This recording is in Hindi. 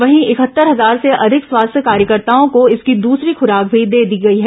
वहीं इकहत्तर हजार से अधिक स्वास्थ्य कार्यकर्ताओं को इसकी दूसरी खुराक भी दे दी गई है